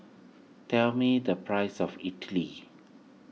tell me the price of Idili